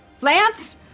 Lance